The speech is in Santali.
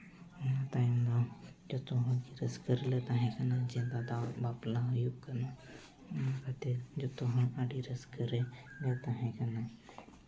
ᱚᱱᱟ ᱛᱟᱭᱱᱚᱢ ᱫᱚ ᱡᱚᱛᱚ ᱦᱚᱲ ᱨᱟᱹᱥᱠᱟᱹ ᱨᱮᱞᱮ ᱛᱟᱦᱮᱸ ᱠᱟᱱᱟ ᱡᱮ ᱫᱟᱫᱟᱣᱟᱜ ᱵᱟᱯᱞᱟ ᱦᱩᱭᱩᱜ ᱠᱟᱱᱟ ᱚᱱᱟ ᱠᱷᱟᱹᱛᱤᱨ ᱡᱚᱛᱚ ᱦᱚᱲ ᱟᱹᱰᱤ ᱨᱟᱹᱥᱠᱟᱹ ᱨᱮᱞᱮ ᱛᱟᱦᱮᱸ ᱠᱟᱱᱟ